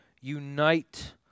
unite